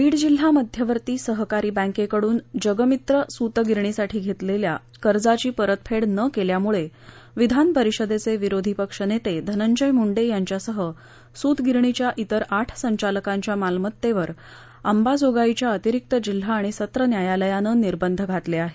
बीड जिल्हा मध्यवर्ती सहकारी बँकेकडून जगमित्र सूत गिरणीसाठी घेतलेल्या कर्जाची परतफेड न केल्यामुळे विधान परिषदेचे विरोधी पक्ष नेते धनंजय मुंडे यांच्यासह सुत गिरणीच्या इतर आठ संचालकांच्या मालमत्तेवर अंबाजोगाईच्या अतिरिक्त जिल्हा आणि सत्र न्यायालयानं निर्बंध घातले आहेत